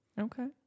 Okay